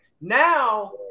Now